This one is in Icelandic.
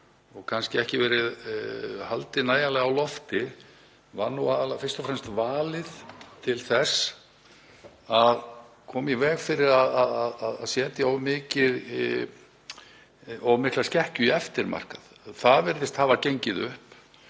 kannski ekki verið haldið nægilega á lofti, var fyrst og fremst valið til þess að koma í veg fyrir að setja of mikla skekkju í eftirmarkaðinn. Það virðist hafa gengið upp.